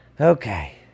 okay